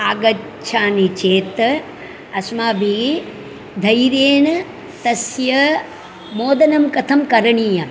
आगच्छन्ति चेत् अस्माभिः धैर्येण तस्य मोदनं कथं करणीयम्